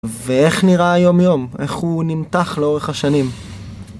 ואיך נראה היום יום? איך הוא נמתח לאורך השנים?